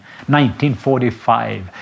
1945